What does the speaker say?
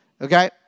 Okay